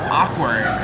awkward